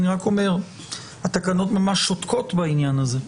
אני רק אומר שהתקנות ממש שותקות בעניין הזה.